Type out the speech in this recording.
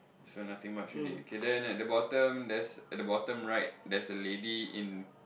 so nothing much in it okay then at the bottom there's at the bottom right there's a lady in